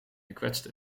gekwetst